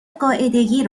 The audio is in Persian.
قاعدگی